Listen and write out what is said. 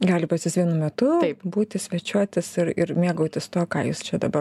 gali pas jus vienu metu būti svečiuotis ir ir mėgautis tuo ką jūs čia dabar